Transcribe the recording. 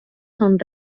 són